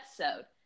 episode